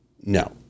No